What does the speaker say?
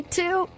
two